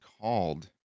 called